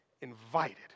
invited